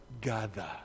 gather